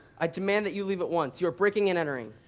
i demand that you leave at once. you are breaking and entering.